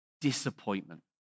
disappointment